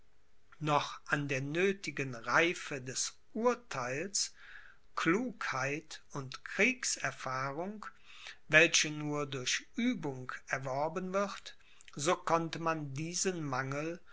noch an der nöthigen reife des urtheils klugheit und kriegserfahrung welche nur durch uebung erworben wird so konnte man diesen mangel